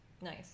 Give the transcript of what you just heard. nice